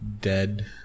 dead